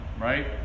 right